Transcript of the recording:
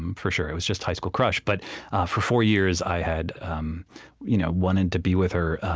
um for sure. it was just high-school crush. but for four years, i had um you know wanted to be with her,